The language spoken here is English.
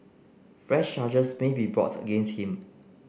fresh charges may be brought against him